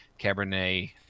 cabernet